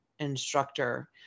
instructor